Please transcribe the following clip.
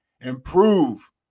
improve